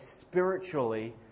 spiritually